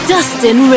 Dustin